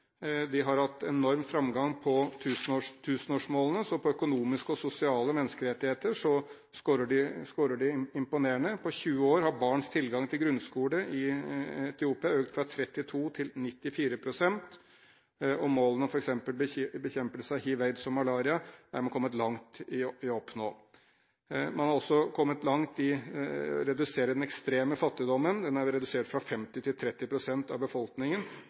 De har hatt enorm framgang når det gjelder tusenårsmålene, og på økonomiske og sosiale menneskerettigheter scorer de imponerende. På 20 år har barns tilgang til grunnskole i Etiopia økt fra 32 pst. til 94 pst., og målene om f.eks. bekjempelse av hiv/aids og malaria er man kommet langt i å oppnå. Man har også kommet langt i å redusere den ekstreme fattigdommen. Den er på 15 år redusert fra 50 til 30 pst. av befolkningen